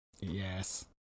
Yes